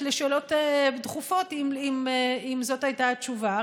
לשאלות דחופות אם זאת הייתה התשובה.